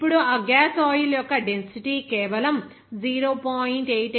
ఇప్పుడు ఆ gas oil యొక్క డెన్సిటీ కేవలం 0